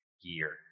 year